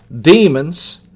demons